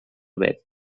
verd